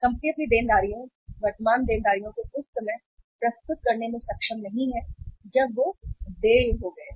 company अपनी देनदारियों वर्तमान देनदारियों को उस समय प्रस्तुत करने में सक्षम नहीं है जब वे देय हो गए